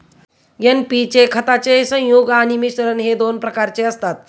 NP चे खताचे संयुग आणि मिश्रण हे दोन प्रकारचे असतात